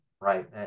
right